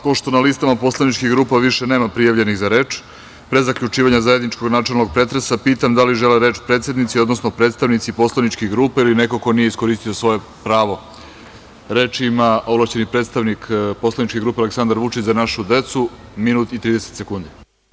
Pošto na listama poslaničkih grupa više nema prijavljenih za reč, pre zaključivanja zajedničkog načelnog pretresa, pitam da li žele reč predsednici, odnosno predstavnici poslaničkih grupa ili neko ko nije iskoristio svoje pravo? (Da.) Reč ima ovlašćeni predstavnik poslaničke grupe Aleksandar Vučić – Za našu decu, Marko Parezanović.